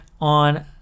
on